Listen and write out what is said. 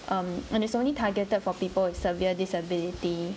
um and it's only targeted for people with severe disability